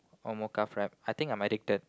or mocha frap I think I'm addicted